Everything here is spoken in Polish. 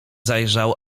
zajrzał